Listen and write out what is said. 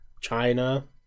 China